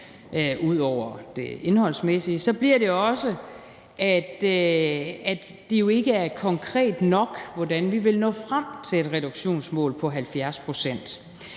ud over det indholdsmæssige: Det bliver også, at det jo ikke er konkret nok, hvordan vi vil nå frem til en reduktion på 70 pct.